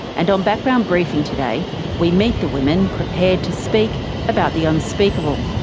and on background briefing today we meet the women prepared to speak about the unspeakable.